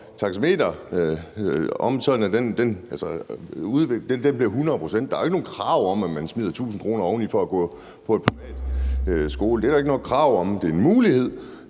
taxameteret om, sådan at det bliver 100 pct., for der er jo ikke nogen krav om, at man smider 1.000 kr. oveni for at gå på en privatskole. Det er der ikke noget krav om, men det er en mulighed